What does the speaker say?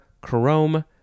chrome